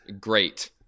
great